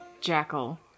jackal